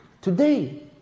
Today